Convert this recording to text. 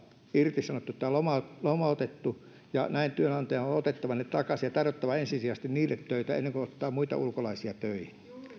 irtisanottu tai lomautettu lomautettu ja näin työnantajan on on otettava heidät takaisin ja tarjottava ensisijaisesti heille töitä ennen kuin ottaa ulkolaisia töihin